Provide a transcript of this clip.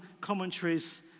commentaries